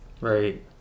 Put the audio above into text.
Right